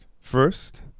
First